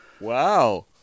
Wow